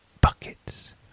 buckets